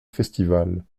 festivals